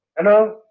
no